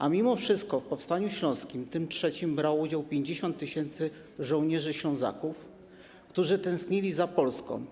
A mimo wszystko w powstaniu śląskim, tym III powstaniu, brało udział 50 tys. żołnierzy Ślązaków, którzy tęsknili za Polską.